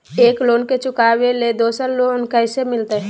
एक लोन के चुकाबे ले दोसर लोन कैसे मिलते?